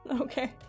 Okay